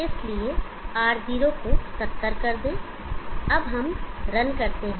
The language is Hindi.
इसलिए R0 को 70 को कर दें अब हम रन करते हैं